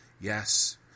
Yes